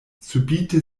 subite